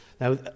Now